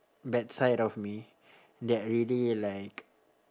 bad side of me that really like